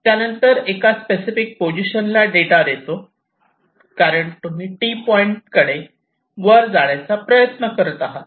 त्यानंतर एका स्पेसिफिक पोझिशनला डिटॉर येतो कारण तुम्ही T पॉईंटकडे वर जाण्याचा प्रयत्न करत आहात